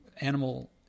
animal